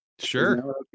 Sure